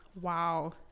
wow